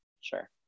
Sure